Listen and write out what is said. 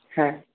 হ্যাঁ